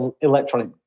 electronic